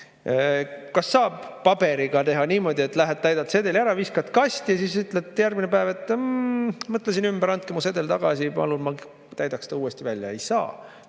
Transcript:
Kas saab paberiga teha niimoodi, et lähed, täidad sedeli ära, viskad kasti, siis ütled järgmine päev, et mõtlesin ümber, andke mu sedel tagasi, palun, ma täidaks ta uuesti? Ei saa.